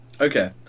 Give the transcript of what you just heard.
Okay